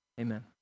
Amen